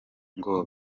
ngo